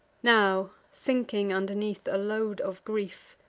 now, sinking underneath a load of grief,